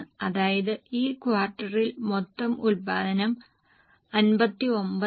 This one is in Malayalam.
അതായത് ഈ ക്വാർട്ടറിൽ മൊത്തം ഉൽപ്പാദനം 59 ആണ്